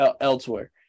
elsewhere